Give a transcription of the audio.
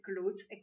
clothes